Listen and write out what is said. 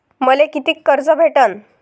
मले कितीक कर्ज भेटन?